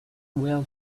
well